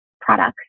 products